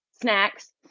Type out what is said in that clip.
snacks